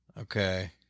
Okay